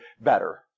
better